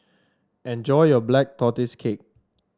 enjoy your Black Tortoise Cake